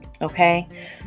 okay